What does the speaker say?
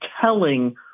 telling